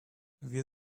wir